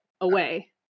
away